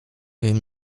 wiem